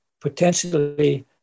potentially